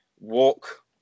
walk